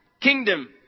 Kingdom